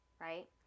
right